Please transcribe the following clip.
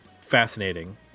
fascinating